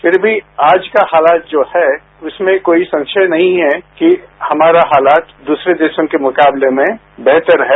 फिर भी आज का हालात जो है उसमें कोई संशय नहीं है कि हमारा हालात दूसरे देशों के मुकाबले में बेहतर है